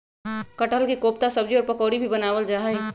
कटहल के कोफ्ता सब्जी और पकौड़ी भी बनावल जा हई